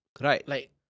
right